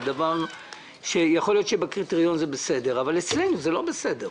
יכול להיות שבקריטריון זה בסדר אבל אצלנו זה לא בסדר.